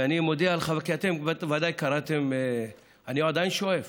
ואני מודיע, אני עדיין שואף